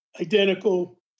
identical